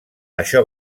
això